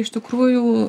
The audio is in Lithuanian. iš tikrųjų